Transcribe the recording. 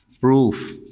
proof